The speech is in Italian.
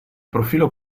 profilo